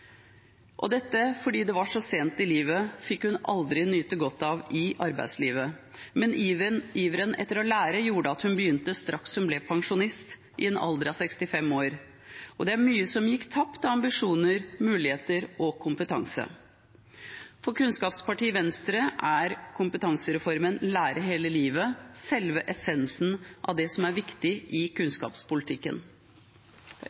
Fordi det var så sent i livet, fikk hun aldri nyte godt av dette i arbeidslivet, men iveren etter å lære gjorde at hun begynte straks hun ble pensjonist i en alder av 65 år. Det er mye som gikk tapt av ambisjoner, muligheter og kompetanse. For kunnskapspartiet Venstre er kompetansereformen Lære hele livet selve essensen av det som er viktig i